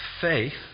faith